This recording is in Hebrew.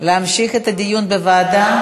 להמשיך את הדיון בוועדה?